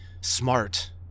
smart